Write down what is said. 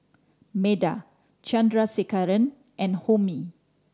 Medha Chandrasekaran and Homi